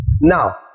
Now